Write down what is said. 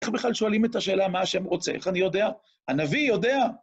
איך בכלל שואלים את השאלה מה השם רוצה? איך אני יודע? הנביא יודע!